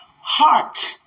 heart